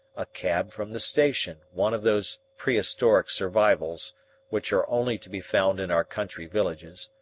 a cab from the station, one of those prehistoric survivals which are only to be found in our country villages,